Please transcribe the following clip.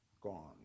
Gone